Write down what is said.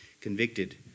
convicted